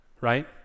right